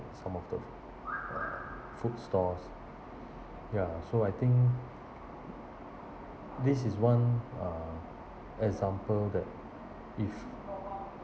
some of the uh food stalls ya so I think this is one uh example that if